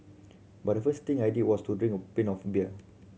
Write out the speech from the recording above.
but the first thing I did was to drink a pint of beer